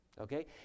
Okay